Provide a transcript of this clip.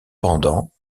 pendant